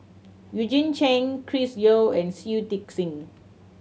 Eugene Chen Chris Yeo and Shui Tit Sing